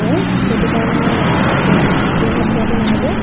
হয় সেইটো কাৰণে মই এতিয়া যোৰহাট যোৱাটো নহ'ব